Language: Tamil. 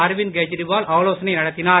அரவிந்த் கெஜ்ரிவால் ஆலோசனை நடத்தினார்